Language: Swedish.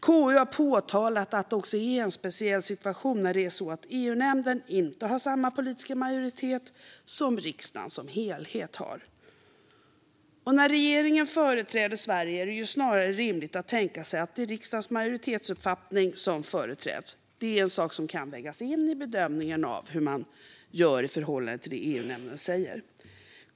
KU har pekat på att det är en speciell situation när EU-nämnden inte har samma politiska majoritet som riksdagen som helhet har. När regeringen företräder Sverige är det snarare rimligt att tänka sig att det är riksdagens majoritetsuppfattning som företräds. Det är en sak som kan läggas in i bedömningen av hur man gör i förhållande till det EU-nämnden säger.